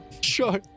Sure